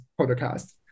podcast